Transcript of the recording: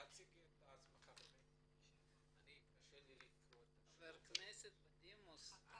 חבר כנסת בדימוס.